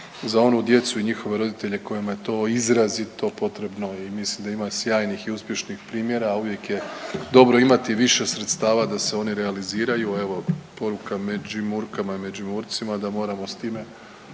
su onu djecu i njihove roditelje kojima je to izrazito potrebno i mislim da ima sjajnih i uspješnih primjera, a uvijek je dobro imati više sredstava da se oni realiziraju. Evo poruka Međimurkama i Međimurcima da moramo s time